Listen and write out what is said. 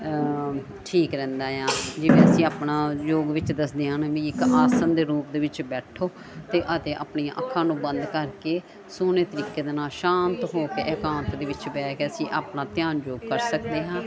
ਠੀਕ ਰਹਿੰਦਾ ਆ ਜਿਵੇਂ ਅਸੀਂ ਆਪਣਾ ਯੋਗ ਵਿੱਚ ਦੱਸਦੇ ਹਨ ਵੀ ਇੱਕ ਆਸਣ ਦੇ ਰੂਪ ਦੇ ਵਿੱਚ ਬੈਠੋ ਤੇ ਅਤੇ ਆਪਣੀਆਂ ਅੱਖਾਂ ਨੂੰ ਬੰਦ ਕਰਕੇ ਸੋਹਣੇ ਤਰੀਕੇ ਦੇ ਨਾਲ ਸ਼ਾਂਤ ਹੋ ਕੇ ਇਕਾਂਤ ਦੇ ਵਿੱਚ ਬਹਿ ਕੇ ਅਸੀਂ ਆਪਣਾ ਧਿਆਨ ਜੋ ਕਰ ਸਕਦੇ ਹਾਂ